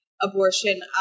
abortion